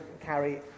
carry